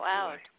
out